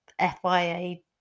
FYA